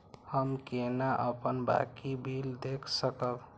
हम केना अपन बाँकी बिल देख सकब?